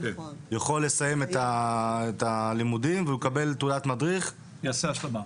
יכול לסיים את הלימודים והוא יקבל תעודת מדריך ויעשה השלמה.